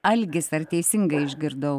algis ar teisingai išgirdau